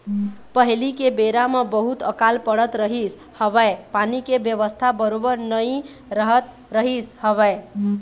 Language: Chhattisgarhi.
पहिली के बेरा म बहुत अकाल पड़त रहिस हवय पानी के बेवस्था बरोबर नइ रहत रहिस हवय